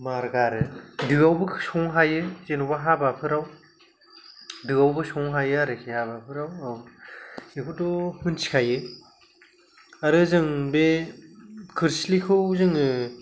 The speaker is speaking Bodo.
मार गारो दोआवबो संनो हायो जेनबा हाबाफोराव दोआवबो संनो हायो आरोखि हाबाफोराव औ बेखौथ' मिनथिखायो आरो जों बे खोरस्लिखौ जोङो